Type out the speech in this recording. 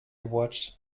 watched